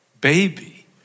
baby